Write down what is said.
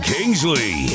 Kingsley